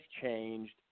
changed